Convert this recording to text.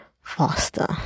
faster